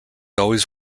always